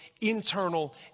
internal